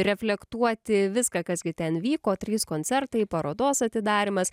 reflektuoti viską kas gi ten vyko trys koncertai parodos atidarymas